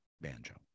banjo